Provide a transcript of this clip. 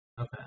Okay